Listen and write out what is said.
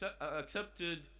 accepted